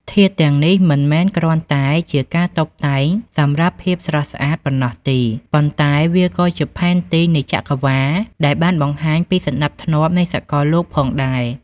ធាតុទាំងនេះមិនមែនគ្រាន់តែជាការតុបតែងសម្រាប់ភាពស្រស់ស្អាតតែប៉ុណ្ណោះទេ ប៉ុន្តែវាក៏ជាផែនទីនៃចក្រវាឡដែលបានបង្ហាញពីសណ្តាប់ធ្នាប់នៃសកលលោកផងដែរ។